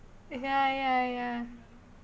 ya ya ya